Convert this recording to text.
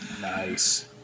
Nice